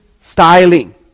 styling